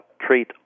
treat